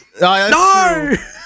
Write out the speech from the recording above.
No